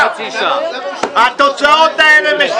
הפניות אושרו.